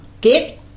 get